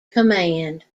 command